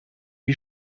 wie